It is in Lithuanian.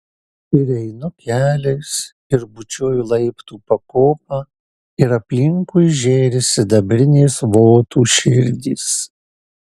ir einu keliais ir bučiuoju laiptų pakopą ir aplinkui žėri sidabrinės votų širdys